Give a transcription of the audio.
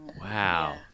Wow